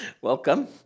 Welcome